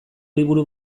liburu